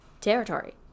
territory